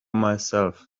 myself